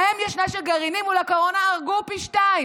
להם יש נשק גרעיני מול הקורונה, הרגו פי שניים.